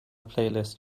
playlist